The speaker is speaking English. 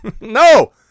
No